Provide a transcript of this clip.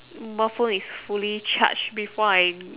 mobile phone is fully charged before I